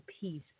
peace